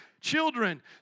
Children